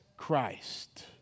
Christ